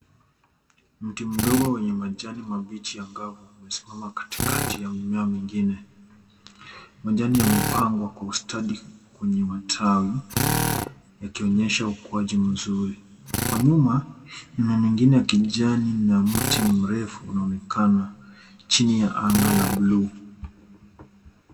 Mti mdogo wenye majani mabichi angavu umesimama katikati ya mimea mingine. Majani yamepangwa kwa ustadi kwenye matawi yakionyesha ukuaji mzuri. Kwa nyuma, mimea mingine ya kijani na mti mrefu inaonekana chini ya anga la buluu.